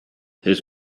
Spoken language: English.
his